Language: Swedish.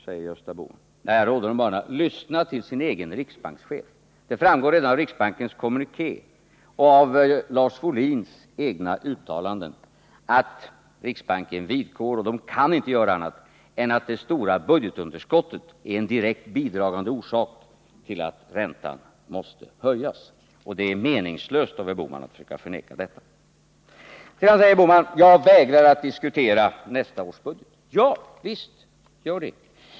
Jag råder honom bara att lyssna till sin egen riksbankschef. Det framgår redan av riksbankens kommuniké och av Lars Wohlins egna uttalanden att riksbanken vidgår — och den kan inte göra annat — att det stora budgetunderskottet är en direkt bidragande orsak till att räntan måste höjas. Det är meningslöst av herr Bohman att försöka förneka detta. Vidare säger herr Bohman att han vägrar att diskutera nästa års budget. Javisst kan han göra det.